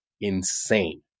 insane